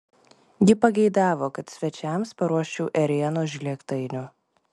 ji pageidavo kad svečiams paruoščiau ėrienos žlėgtainių